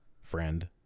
friend